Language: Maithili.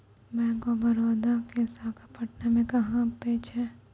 बैंक आफ बड़ौदा के शाखा पटना मे कहां मे छै?